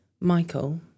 Michael